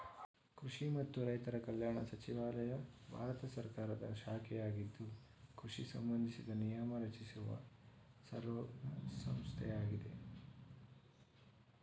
ಕೃಷಿ ಮತ್ತು ರೈತರ ಕಲ್ಯಾಣ ಸಚಿವಾಲಯ ಭಾರತ ಸರ್ಕಾರದ ಶಾಖೆಯಾಗಿದ್ದು ಕೃಷಿ ಸಂಬಂಧಿಸಿದ ನಿಯಮ ರಚಿಸುವ ಸರ್ವೋಚ್ಛ ಸಂಸ್ಥೆಯಾಗಿದೆ